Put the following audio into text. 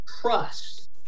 trust